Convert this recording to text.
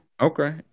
Okay